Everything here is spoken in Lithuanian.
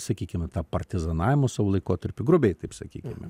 sakykime tą partizanavimo savo laikotarpį grubiai taip sakykime